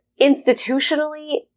Institutionally